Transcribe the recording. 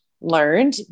learned